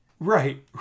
Right